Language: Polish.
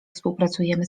współpracujemy